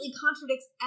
contradicts